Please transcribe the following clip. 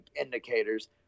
indicators